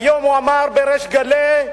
היום הוא אמר בריש גלי: